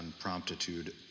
promptitude